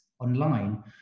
online